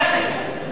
זה הסקר,